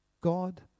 God